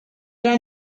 era